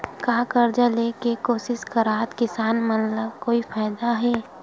का कर्जा ले के कोशिश करात किसान मन ला कोई फायदा हे?